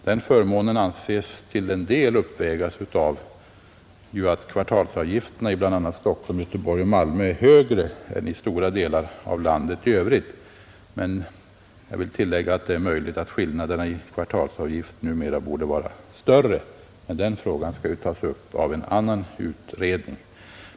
Den förmånen anses till en del uppvägas av att kvartalsavgifterna i bl.a. Stockholm, Göteborg och Malmö är högre än i stora delar av landet i övrigt. Men det är möjligt att skillnaderna i kvartalsavgifterna numera borde vara större; den frågan skall tas upp av en annan utredning.